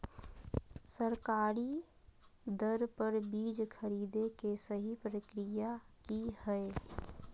सरकारी दर पर बीज खरीदें के सही प्रक्रिया की हय?